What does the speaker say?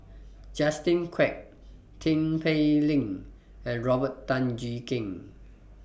Justin Quek Tin Pei Ling and Robert Tan Jee Keng